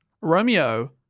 Romeo